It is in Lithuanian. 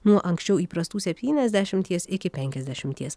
nuo anksčiau įprastų septyniasdešimties iki penkiasdešimties